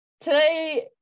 today